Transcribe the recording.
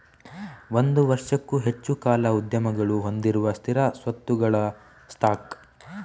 ಒಂದು ವರ್ಷಕ್ಕೂ ಹೆಚ್ಚು ಕಾಲ ಉದ್ಯಮಗಳು ಹೊಂದಿರುವ ಸ್ಥಿರ ಸ್ವತ್ತುಗಳ ಸ್ಟಾಕ್